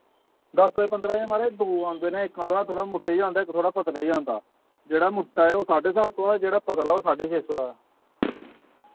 दस ते पंदरां दे महाराज दो आंदे न इक आंदा थोह्ड़ा मुट्टे च आंदा इक थोह्ड़ा पतले च आंदा जेह्ड़ा मुट्टा ऐ ओह् साड्ढे सत्त सौ ऐ जेह्ड़ा पतला ओह् साड्ढे छे सौ दा ऐ